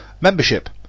membership